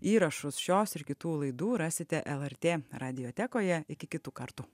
įrašus šios ir kitų laidų rasite lrt radiotekoje iki kitų kartų